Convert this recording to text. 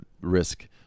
Risk